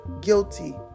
guilty